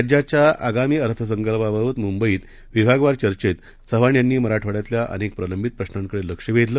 राज्याच्याआगामीअर्थसंकल्पाबाबतमुंबईतविभागवारचचेंतचव्हाणयांनीमराठवाङ्यातल्याअनेकप्रलंबितप्रशांकडेलक्षवेधलं